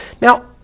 Now